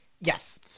Yes